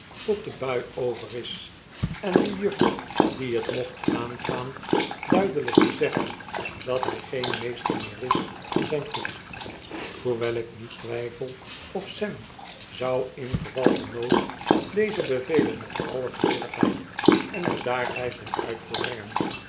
de bui over is en de juffer die het mocht aangaan duidelykte zeggen dat hij geen meester meer is van zijn goed hoewel ik niet twyfel of sam zou ingeval van nood deze bevelen met alle gewilligheid en bedaardheid ten uitvoer brengen